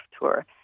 Tour